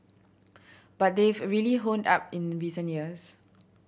but they've really honed up in recent years